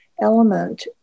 element